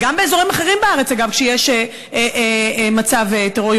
וגם באזורים אחרים בארץ כשיש מצב כזה,